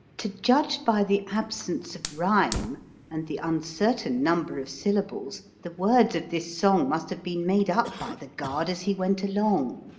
to judge by the absence of rhyme and the uncertain number of syllables, the words of this song must have been made up by the guard as he went along.